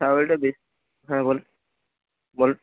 তাহলে একটু বেশ হ্যাঁ বলুন বলুন